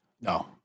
no